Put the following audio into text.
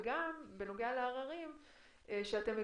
וגם, בנוגע לעררים שאתם מגישים,